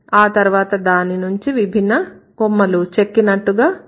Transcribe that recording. ఆ తరువాత దాని నుంచి విభిన్న కొమ్మలు చెక్కినట్టుగా వస్తాయి